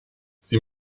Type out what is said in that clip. sie